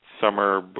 summer –